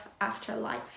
Afterlife